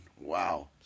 Wow